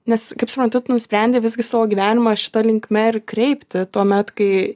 nes kaip suprantu tu nusprendei visgi savo gyvenimą šita linkme ir kreipti tuomet kai